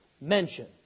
mention